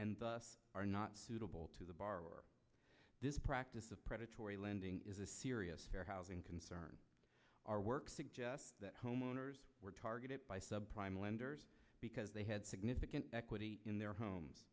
and thus are not suitable to the borrower this practice of predatory lending is a serious housing concern our work suggests that homeowners were targeted by subprime lenders because they had significant equity in their homes